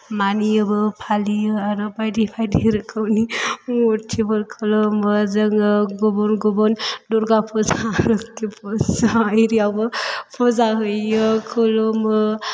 मानियोबो फालियो आरो बायदि बायदि रोखोमनि मुर्तिफोर खुलुमो जोङो गुबुन गुबुन दुर्गा फुजा लोखि फुजा एरिआवबो फुजा होयो खुलुमो